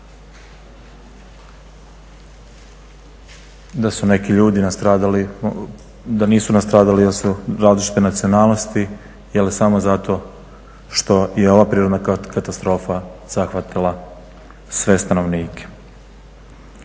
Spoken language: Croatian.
dal su neki ljudi nastradali, da nisu nastradali jel su različite nacionalnosti jel samo zato što je ova prirodna katastrofa zahvatila sve stanovnike.